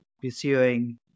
pursuing